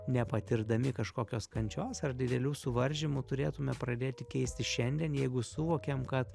nepatirdami kažkokios kančios ar didelių suvaržymų turėtume pradėti keistis šiandien jeigu suvokiam kad